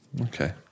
Okay